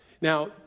Now